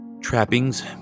trappings